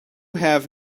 have